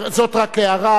זאת רק הערה,